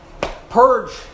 purge